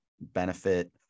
benefit